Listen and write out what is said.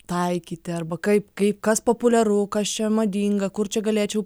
taikyti arba kaip kaip kas populiaru kas čia madinga kur čia galėčiau